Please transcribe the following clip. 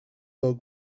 dog